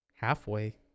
Halfway